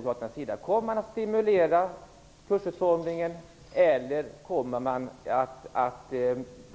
Kommer man att stimulera kursutformningen, eller kommer man att